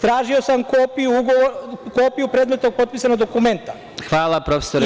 Tražio sam kopiju predmetno potpisanog dokumenta